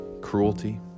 cruelty